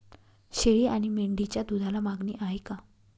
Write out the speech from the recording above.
शेळी आणि मेंढीच्या दूधाला मागणी आहे का?